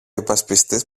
υπασπιστής